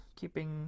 keeping